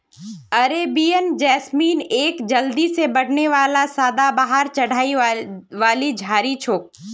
Arabian jasmine एक जल्दी से बढ़ने वाला सदाबहार चढ़ाई वाली झाड़ी छोक